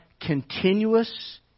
continuous